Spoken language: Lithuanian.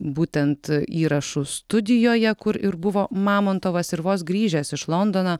būtent įrašų studijoje kur ir buvo mamontovas ir vos grįžęs iš londono